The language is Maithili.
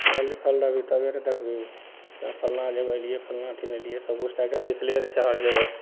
पढ़ल लिखल रहबही तबे ने देखबही तऽ फल्लाँ जगह अलिययै फल्लाँ चीज लेलियै सबकिछु तऽ अपन लिखले रहय छै हर जगह